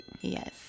Yes